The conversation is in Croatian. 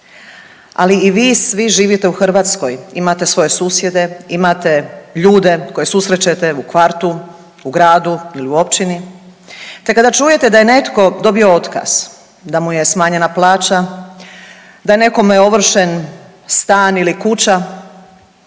ali i vi svi živite u Hrvatskoj, imate svoje susjede, imate ljude koje susrećete u kvartu, u gradu ili u općini, te kada čujete da je netko dobio otkaz, da mu je smanjena plaća, da je nekome ovršen stan ili kuća